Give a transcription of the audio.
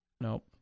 nope